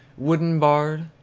wooden barred,